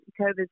COVID